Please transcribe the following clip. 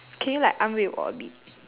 can you like 安慰我 a bit